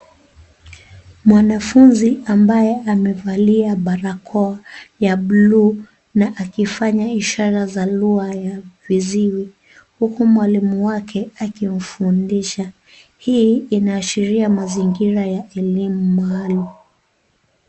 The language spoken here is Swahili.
Mwanafunzi ambaye amevalia barakoa ya bluu na akifanya ishara za lugha ya viziwi huku mwalimu wake akimfundisha. Hii inaashiria mazingira ya elimu maalum.